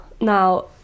Now